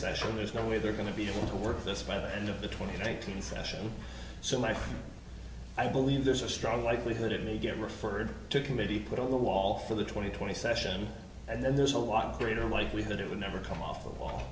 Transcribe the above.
session there's no way they're going to be able to work this by the end of the twenty nineteen session so my friend i believe there's a strong likelihood it may get referred to committee put on the wall for the twenty twenty session and then there's a lot greater likelihood it will never come off the wall